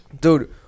dude